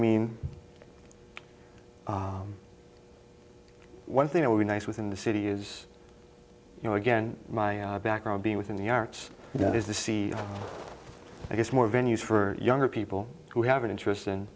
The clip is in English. mean one thing it would be nice within the city is you know again my background being within the arts is a see i guess more venues for younger people who have an interest